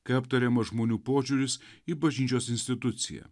kai aptariamas žmonių požiūris į bažnyčios instituciją